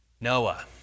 Noah